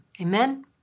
Amen